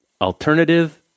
alternative